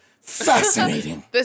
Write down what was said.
Fascinating